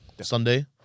Sunday